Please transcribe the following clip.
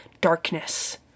Darkness